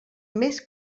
més